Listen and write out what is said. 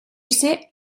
ser